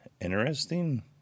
interesting